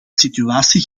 situatie